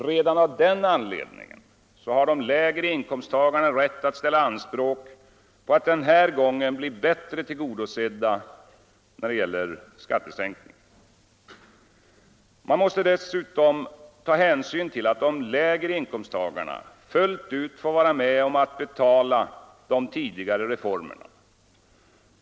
Redan av den anledningen har de lägre inkomsttagarna rätt att ställa anspråk på att den här gången bli bättre tillgodosedda när det gäller skattesänkning. Man måste dessutom ta hänsyn till att de lägre inkomsttagarna fullt ut fått vara med om att betala de tidigare reformerna.